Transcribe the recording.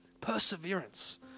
Perseverance